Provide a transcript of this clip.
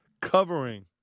covering